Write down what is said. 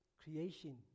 creation